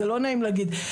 זה לא נעים להגיד,